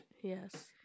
Yes